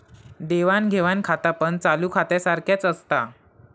देवाण घेवाण खातापण चालू खात्यासारख्याच असता